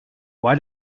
why